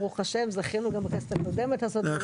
ברוך ה' זכינו גם בכנסת הקודמת לעשות --- ביחד.